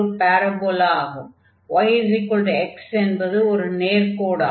yx என்பது ஒரு நேர்க்கோடு ஆகும்